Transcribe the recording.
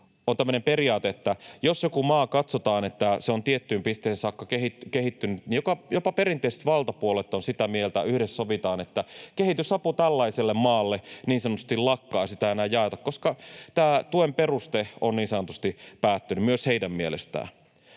periaate, että jos jonkun maan katsotaan olevan tiettyyn pisteeseen saakka kehittynyt, niin jopa perinteiset valtapuolueet ovat sitä mieltä, yhdessä sovitaan, että kehitysapu tällaiselle maalle niin sanotusti lakkaa ja sitä ei enää jaeta, koska tämä tuen peruste on niin sanotusti päättynyt myös heidän mielestään.